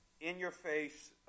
in-your-face